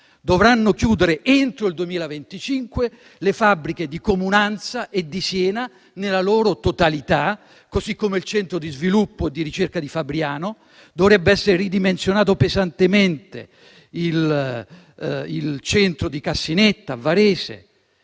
dovranno chiudere entro il 2025 le fabbriche di Comunanza e di Siena nella loro totalità, così come il centro di sviluppo e di ricerca di Fabriano, dovrà essere ridimensionato pesantemente il nucleo di Cassinetta a Varese